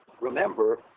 remember